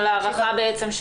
על הארכה של